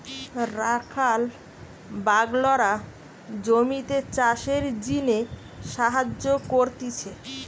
রাখাল বাগলরা জমিতে চাষের জিনে সাহায্য করতিছে